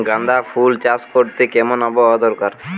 গাঁদাফুল চাষ করতে কেমন আবহাওয়া দরকার?